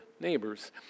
neighbors